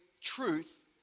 truth